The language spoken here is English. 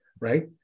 Right